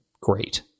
great